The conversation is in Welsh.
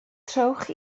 trowch